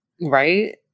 Right